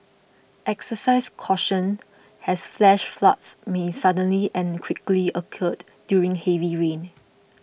exercise caution as flash floods may suddenly and quickly occur during heavy rain